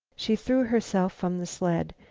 she threw herself from the sled,